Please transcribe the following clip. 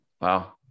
Wow